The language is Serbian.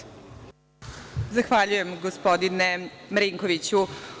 Zahvaljujem gospodine Marinkoviću.